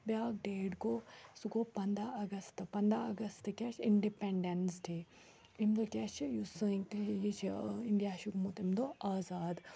بیٛاکھ ڈیٹ گوٚو سُہ گوٚو پنٛداہ اَگستہٕ پنٛداہ اَگستہٕ کیٛاہ چھِ اِنڈِپٮ۪نٛڈٮ۪نٕس ڈے امہِ دۄہ کیٛاہ چھِ یُس سٲنۍ یہِ چھِ اِنڈیا چھِ گوٚمُت اَمہِ دۄہ آزاد